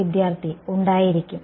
വിദ്യാർത്ഥി ഉണ്ടായിരിക്കും